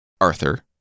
Arthur